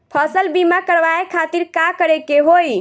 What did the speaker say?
फसल बीमा करवाए खातिर का करे के होई?